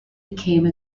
became